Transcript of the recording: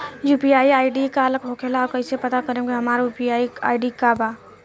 UPI ID का होखेला और कईसे पता करम की हमार यू.पी.आई आई.डी का बा?